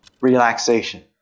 relaxation